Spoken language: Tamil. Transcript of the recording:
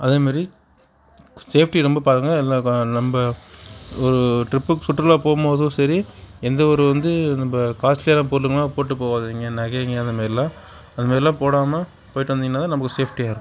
அதே மாதிரி சேஃப்டி ரொம்ப பாருங்க இல்லைனா நம்ம ஒரு டிரிப்புக்கு சுற்றுலா போகும் போதும் சரி எந்த ஒரு வந்து நம்ம காஸ்ட்லியான பொருளுங்களும் போட்டு போகாதீங்க நகைங்கள் அந்த மாரிலாம் அந்த மாரிலாம் போடாமல் போய்விட்டு வந்தீங்னால் தான் நமக்கு சேஃப்டியாக இருக்கும்